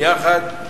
ביחד,